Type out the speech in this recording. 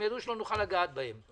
הם ידעו שלא נוכל לגעת בהם,